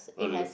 really